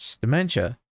dementia